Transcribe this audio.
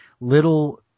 little